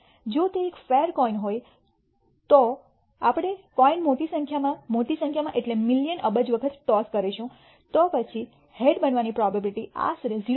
જો તે એક ફેર કોઈન હોય તો જો આપણે કોઈન મોટી સંખ્યામાં મોટી સંખ્યામાં એટલે મિલિયન અબજ વખત ટોસ કરીશું તો પછી હેડ બનવાની પ્રોબેબીલીટી આશરે 0